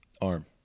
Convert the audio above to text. Arm